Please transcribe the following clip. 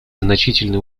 значительные